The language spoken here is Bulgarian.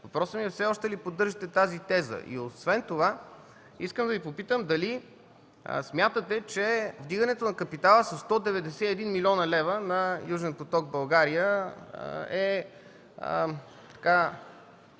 Въпросът ми е: все още ли поддържате тази теза? Освен това искам да Ви попитам дали смятате, че вдигането на капитала със 191 млн. лв. на „Южен поток” – България, е